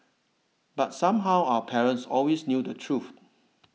but somehow our parents always knew the truth